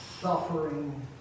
Suffering